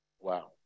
Wow